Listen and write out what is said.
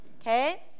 okay